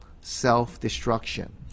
self-destruction